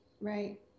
Right